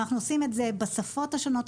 ואנחנו עושים את זה בשפות השונות.